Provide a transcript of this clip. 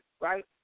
right